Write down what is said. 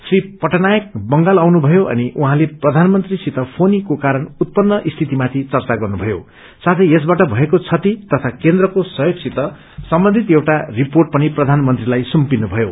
श्री पटनायक बंगाल आउनु भयो अनि उझँले प्रयानमन्त्रीसित फोनीको कारण उत्पन्न स्थितिमाथि चर्चा गर्नुभयो साथै यसबाट भएको बति तया केन्द्रको सहयोगसित सम्बन्धित एउटा रिपोर्ट पनि प्रधानमन्त्रीलाई सुम्पिनुभयो